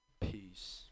peace